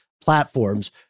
platforms